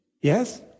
yes